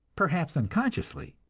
perhaps unconsciously.